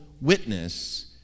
witness